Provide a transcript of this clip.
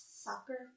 soccer